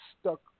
stuck